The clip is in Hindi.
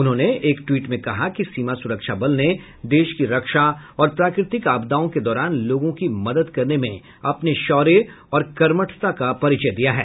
उन्होंने एक ट्वीट में कहा कि सीमा सुरक्षा बल ने देश की रक्षा और प्राकृतिक आपदाओं के दौरान लोगों की मदद करने में अपने शौर्य और कर्मठता का परिचय दिया है